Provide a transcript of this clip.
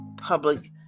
public